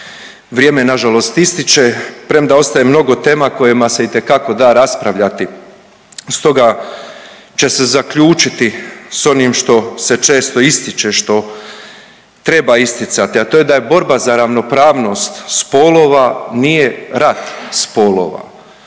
Vrijeme nažalost ističe, premda ostaje mnogo tema o kojima se itekako da raspravljati, stoga će se zaključiti s onim što se često ističe, što treba isticati, a to je da je borba za ravnopravnost spolova nije rat spolova